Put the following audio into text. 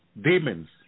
Demons